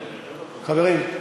חברים,